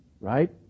Right